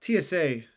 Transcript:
TSA